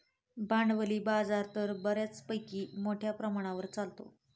भांडवली बाजार तर बऱ्यापैकी मोठ्या प्रमाणावर चालतो